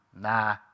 Nah